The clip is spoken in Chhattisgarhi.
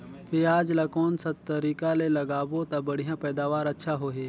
पियाज ला कोन सा तरीका ले लगाबो ता बढ़िया पैदावार अच्छा होही?